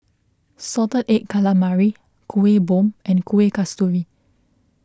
Salted Egg Calamari Kueh Bom and Kueh Kasturi